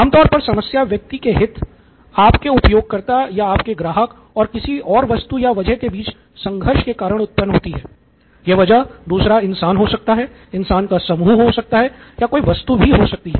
आमतौर पर समस्या व्यक्ति के हित आपके उपयोगकर्ता या आपके ग्राहक और किसी और वस्तु या वजह के बीच संघर्ष के कारण उत्पन्न होती है यह वजह एक दूसरा इंसान हो सकता है इंसान का समूह हो सकता है या कोई वस्तु भी हो सकती है